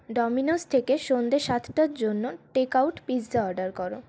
Domino's থেকে সন্ধ্যে সাতটার জন্য টেক আউট পিৎজা অর্ডার করো